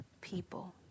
people